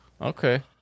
Okay